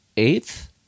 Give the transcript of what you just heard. eighth